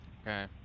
Okay